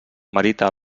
merita